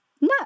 No